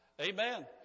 Amen